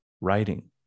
writing